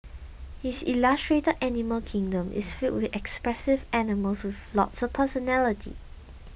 his illustrated animal kingdom is filled with expressive animals with lots of personality